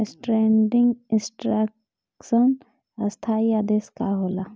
Standing instruction स्थाई आदेश का होला?